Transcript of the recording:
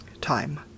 time